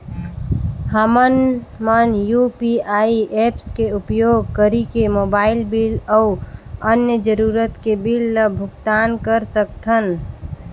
हमन मन UPI apps के उपयोग करिके मोबाइल बिल अऊ अन्य जरूरत के बिल ल भुगतान कर सकथन